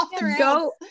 Go